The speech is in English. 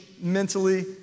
mentally